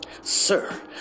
Sir